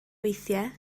weithiau